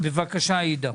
בבקשה עאידה.